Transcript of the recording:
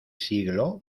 siglo